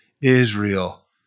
Israel